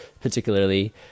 particularly